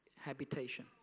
habitation